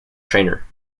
trainer